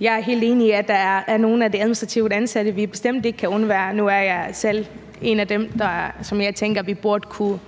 Jeg er helt enig i, at der er nogle af de administrativt ansatte, vi bestemt ikke kan undvære. Nu er jeg selv en af dem, som jeg tænker vi burde kunne